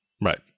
right